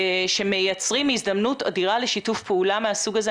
שמייצרים הזדמנות אדירה לשיתוף פעולה מהסוג הזה.